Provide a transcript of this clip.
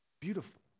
Beautiful